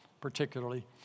particularly